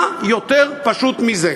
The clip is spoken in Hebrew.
מה יותר פשוט מזה?